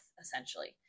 essentially